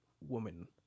woman